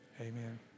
amen